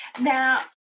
Now